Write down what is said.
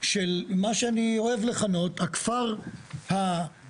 של מה שאני אוהב לכנות "הכפר השיתופי".